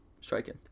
Striking